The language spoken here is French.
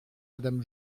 madame